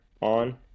on